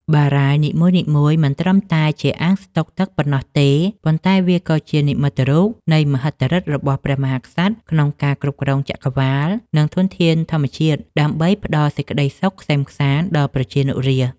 បារាយណ៍នីមួយៗមិនត្រឹមតែជាអាងស្តុកទឹកប៉ុណ្ណោះទេ ប៉ុន្តែវាក៏ជានិមិត្តរូបនៃមហិទ្ធិឫទ្ធិរបស់ព្រះមហាក្សត្រក្នុងការគ្រប់គ្រងចក្រវាល និងធនធានធម្មជាតិដើម្បីផ្ដល់សេចក្តីសុខក្សេមក្សាន្តដល់ប្រជានុរាស្ត្រ។